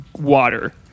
water